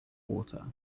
water